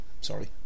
sorry